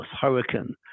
hurricane